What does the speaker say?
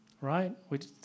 Right